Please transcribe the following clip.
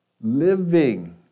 living